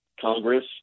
congress